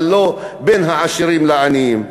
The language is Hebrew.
אבל לא בין העשירים לעניים.